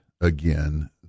again